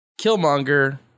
Killmonger